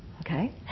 Okay